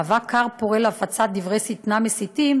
מהווה כר פורה להפצת דברי שטנה מסיתים,